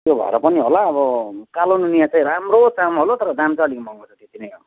त्यो भएर पनि होला अब कालो नुनिया चाहिँ राम्रो चामल हो तर दाम चाहिँ अलिक महँगो छ त्यति नै हो